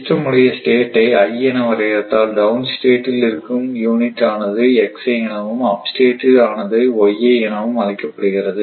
system உடைய state ஐ i என வரையறுத்தால் டவுன் ஸ்டேட் இல் இருக்கும் யூனிட் ஆனது எனவும் அப் ஸ்டேட் ஆனது எனவும் அழைக்க படுகிறது